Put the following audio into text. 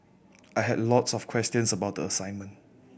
I had a lot of questions about the assignment